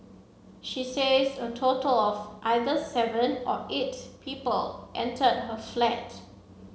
she says a total of either seven or eight people entered her flat